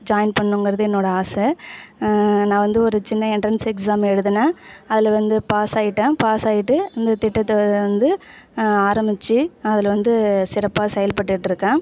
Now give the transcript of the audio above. join பண்ணணுங்கறது என்னோடய ஆசை நான் வந்து ஒரு சின்ன எண்ட்ரன்ஸ் எக்ஸாம் எழுதுனேன் அதில் வந்து பாஸ் ஆயிட்டேன் பாஸ் ஆகிட்டு இந்த திட்டத்தை வந்து ஆரமிச்சு அதில் வந்து சிறப்பாக செயல்பட்டுகிட்டு இருக்கேன்